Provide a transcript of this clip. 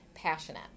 passionate